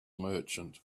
merchant